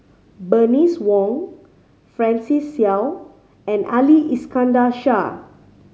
Bernice Wong Francis Seow and Ali Iskandar Shah